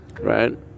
right